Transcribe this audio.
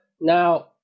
Now